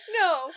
no